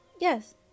Yes